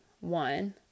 one